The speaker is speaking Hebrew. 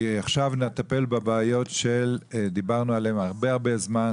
עכשיו נטפל בבעיות שדיברנו עליהן הרבה-הרבה זמן.